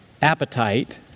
Appetite